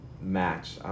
match